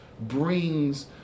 brings